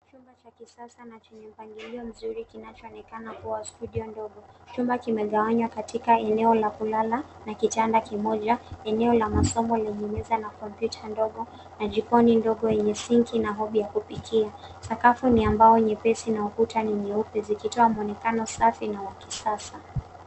Chumba cha kisasa na chenye mpangilio mzuri kinacho onekana kuwa studio ndogo. Chumba kime gawanywa katika eneo la kulala na kitanda kimoja, eneo la masomo lenye meza na kompyuta ndogo na jikoni ndogo yenye sinki na hobi ya kupakia . Sakafu ni ya mbao nyepesi na ukuta ni nyeupe zikitoa muonekano safi na uakisaji.